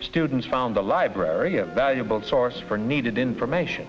students found the library a valuable source for needed information